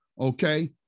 okay